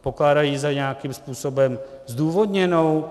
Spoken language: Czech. Pokládají ji za nějakým způsobem zdůvodněnou?